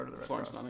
Florence